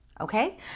Okay